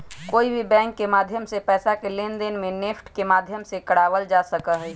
कोई भी बैंक के माध्यम से पैसा के लेनदेन के नेफ्ट के माध्यम से करावल जा सका हई